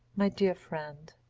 my dear friend!